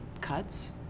cuts